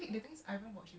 okay okay